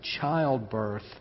childbirth